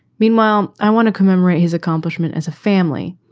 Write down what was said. meanwhile, i want to commemorate his accomplishment as a family.